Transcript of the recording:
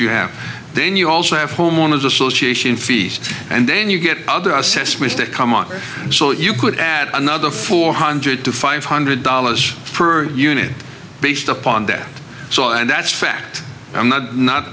you have then you also have homeowner's association fees and then you get other assessments that come on so you could add another four hundred to five hundred dollars per unit based upon that so and that's fact i'm not not